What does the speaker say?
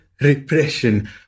repression